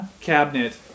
cabinet